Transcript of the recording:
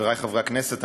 חברי חברי הכנסת,